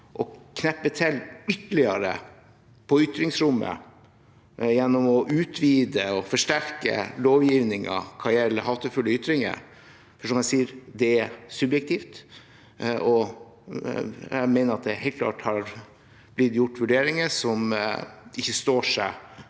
å kneppe til ytterligere på ytringsrommet gjennom å utvide og forsterke lovgivningen hva gjelder hatefulle ytringer. Som jeg sier, er det subjektivt, og jeg mener det helt klart har blitt gjort vurderinger som ikke står seg